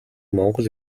монгол